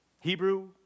Hebrew